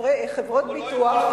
חברות ביטוח,